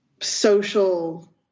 social